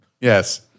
Yes